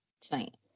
tonight